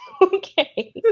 Okay